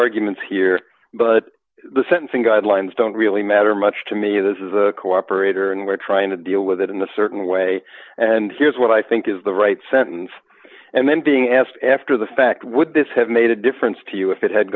arguments here but the sentencing guidelines don't really matter much to me this is a cooperator and we're trying to deal with it in a certain way and here's what i think is the right sentence and then being asked after the fact would this have made a difference to you if it had